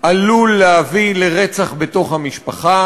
עלול להביא לרצח בתוך המשפחה,